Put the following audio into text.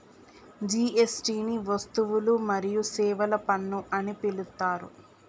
GST ని వస్తువులు మరియు సేవల పన్ను అని పిలుత్తారు